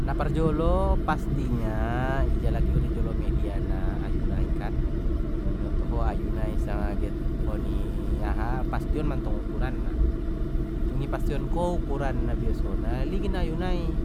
Na parjolo pastina i jalaki ho dei jolo media na ayu nai kan dung binoto ho ayu nai sanga get oni aha pastion mantong ukuranna, dung i pastion ko ukuranna biasona ligin ayu nai